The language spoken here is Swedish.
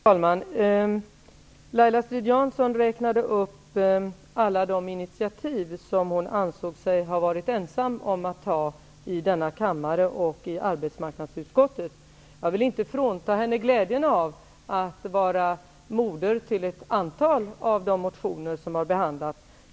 Fru talman! Laila Strid-Jansson räknade upp alla de intitiativ som hon ansåg sig ha varit ensam om att ha tagit i denna kammare och i arbetsmarknadsutskottet. Jag vill inte frånta henne glädjen av att vara moder till ett antal av de motioner som har behandlats.